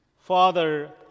Father